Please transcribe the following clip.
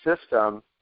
system